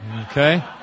Okay